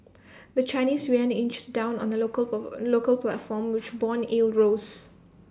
the Chinese Yuan inched down on the local local platform which Bond yields rose